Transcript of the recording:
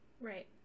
Right